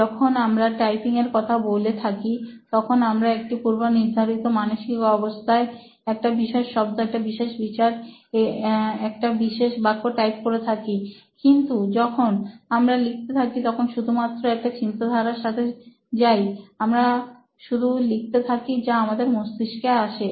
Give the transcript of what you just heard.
যখন আমরা টাইপিং এর কথা বলে থাকি তখন আমরা এক পূর্বনির্ধারিত মানসিক অবস্থায় একটা বিশেষ শব্দ একটা বিশেষ বিচার এটা বিশেষ বাক্য টাইপ করে থাকি কিন্তু যখন আমরা লিখতে থাকি তখন শুধুমাত্র একটা চিন্তাধারার সাথে যাই আমরা শুধু লিখতে থাকি যা আমাদের মস্তিষ্কে আসে